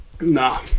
Nah